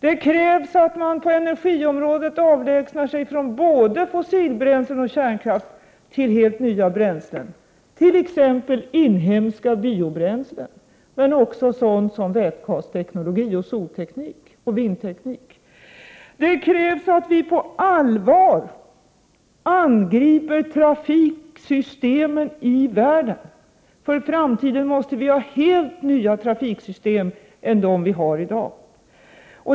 Det krävs att man på energiområdet avlägsnar sig från både fossila bränslen och kärnkraft och övergår till helt nya bränslen, t.ex. inhemska biobränslen men också sådant som vätgasteknologi och soloch vindteknik. Det krävs att vi på allvar angriper trafiksystemen i världen. Vi måste för framtiden ha helt nya trafiksystem än dem vi har i dag.